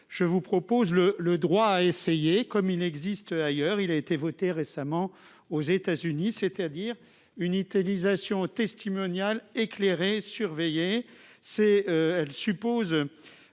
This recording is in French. je vous propose le le droit à essayer, comme il existe ailleurs, il a été votée récemment aux États-Unis, c'est-à-dire nisation testimonial éclairé surveillée c'est elle suppose